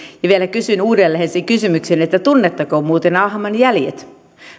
vielä kysyn uudelleen sen kysymyksen tunnetteko muuten ahman jäljet